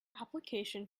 application